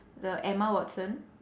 the emma watson